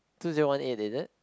two zero one eight is it